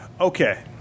Okay